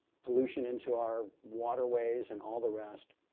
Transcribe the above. pollution into our waterways and all the rest.